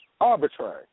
arbitrary